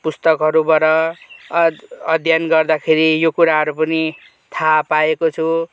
पुस्तकहरूबाट अध्ययन गर्दाखेरि यो कुराहरू पनि थाहा पाएको छु